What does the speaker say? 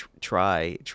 try